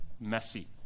messy